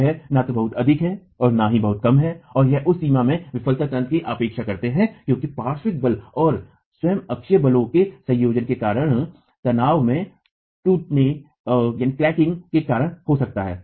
यह न तो बहुत अधिक है और न ही बहुत कम है और हम उस सीमा में विफलता तंत्र की अपेक्षा करते हैं क्योंकि पार्श्व बल और स्वयं अक्षीय बलों के संयोजन के कारण तन्यता के टूटने के कारण हो सकता है